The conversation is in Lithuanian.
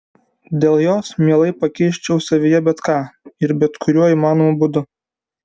dėl jos mielai pakeisčiau savyje bet ką ir bet kuriuo įmanomu būdu